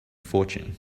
fortune